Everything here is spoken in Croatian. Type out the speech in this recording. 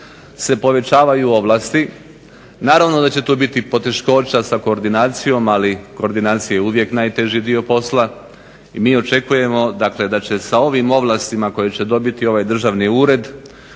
se povećavaju ovlasti. Naravno da će tu biti poteškoća sa koordinacijom, ali koordinacija je uvijek najteži dio posla i mi očekujemo da će sa ovim ovlastima koje će dobiti ovaj državni ured